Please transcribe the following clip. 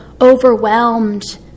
overwhelmed